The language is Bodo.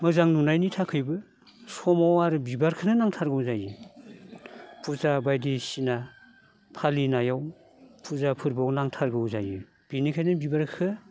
मोजां नुनायनि थाखायबो समाव आरो बिबारखोनो नांथारगौ जायो फुजा बायदिसिना फालिनायाव फुजा फोरबोआव नांथारगौ जायो बिनिखायनो बिबारखो